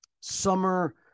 summer